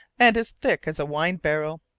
and as thick as a wine barrel.